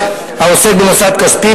העוסק במוסד כספי,